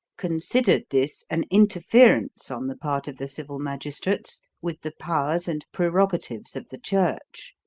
considered this an interference on the part of the civil magistrates, with the powers and prerogatives of the church.